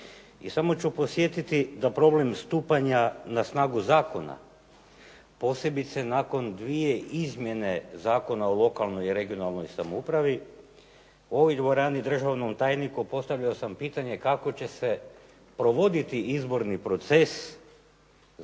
I samo ću podsjetiti da problem stupanja na snagu zakona, posebice nakon dvije izmjene Zakona o lokalnoj i regionalnoj samoupravi u ovoj dvorani državnom tajniku postavio sam pitanje kako će se provoditi izborni proces